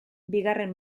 bigarren